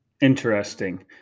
Interesting